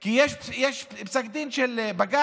כי יש פסק דין של בג"ץ.